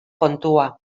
kontua